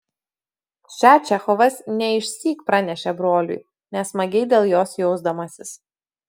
šią čechovas ne išsyk pranešė broliui nesmagiai dėl jos jausdamasis